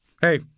hey